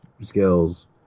skills